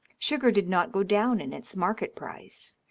sugar did not go down in its market-price,